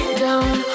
down